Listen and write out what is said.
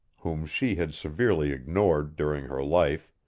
whom she had severely ignored during her life,